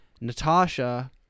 Natasha